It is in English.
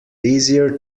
easier